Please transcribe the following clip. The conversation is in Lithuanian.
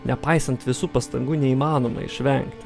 nepaisant visų pastangų neįmanoma išvengti